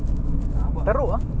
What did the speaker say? rabak ah